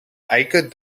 eiken